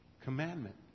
commandment